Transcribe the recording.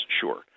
Sure